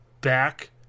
back